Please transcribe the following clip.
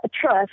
trust